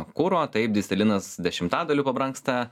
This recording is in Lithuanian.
kuro taip dyzelinas dešimtadaliu pabrangsta